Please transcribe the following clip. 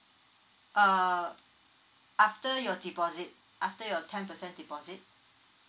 err after your deposit after your ten percent deposit